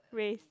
race